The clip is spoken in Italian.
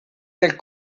del